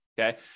okay